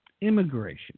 immigration